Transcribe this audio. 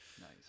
nice